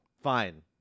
Fine